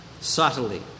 subtly